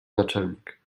naczelnik